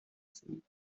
sind